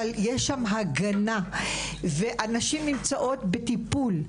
אבל יש שם הגנה והנשים נמצאות בטיפול,